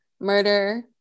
murder